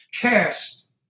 cast